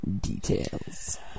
Details